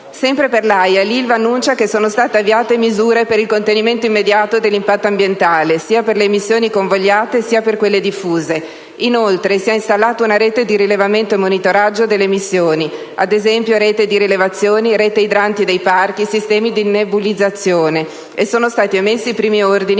Sempre per l'AIA, l'Ilva annuncia che «sono state avviate misure per il contenimento immediato dell'impatto ambientale sia per le emissioni convogliate sia per quelle diffuse»; inoltre, «si è installata una rete di rilevamento e monitoraggio delle emissioni (ad esempio, rete di rilevazione, rete idranti dei parchi, sistemi di nebulizzazione) e sono stati emessi i primi ordini